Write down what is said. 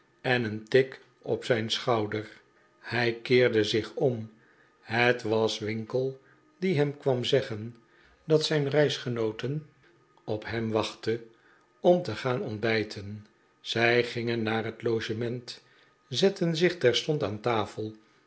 en een tik op zijn schouder hij keerde zich om het was winkle die hem kwam zeggen dat zijn reisgenooten op hem wachtten om te gaan ontbijten zij gingen naar het logement zetten zichterstond aan tafel